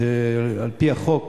שעל-פי החוק,